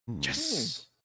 Yes